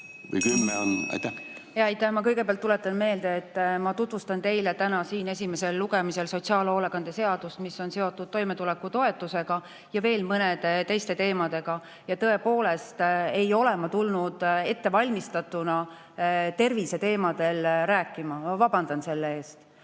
Ma kõigepealt tuletan meelde, et ma tutvustan teile täna siin esimesel lugemisel sotsiaalhoolekande seadust, mis on seotud toimetulekutoetusega ja veel mõne teise teemaga. Ma tõepoolest ei ole siia tulnud valmistununa terviseteemadel rääkima. Ma vabandan selle eest. Mis